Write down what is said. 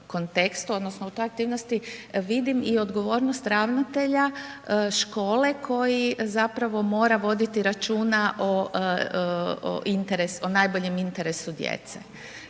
odnosno u toj aktivnosti vidim i odgovornost ravnatelja škole koji zapravo mora voditi računa o najboljem interesu djece.